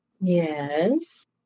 yes